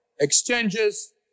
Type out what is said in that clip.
exchanges